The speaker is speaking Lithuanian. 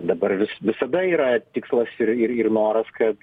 dabar vis visada yra tikslas ir ir ir noras kad